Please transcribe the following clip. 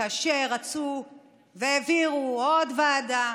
כאשר רצו והעבירו עוד ועדה,